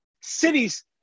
cities